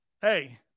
Hey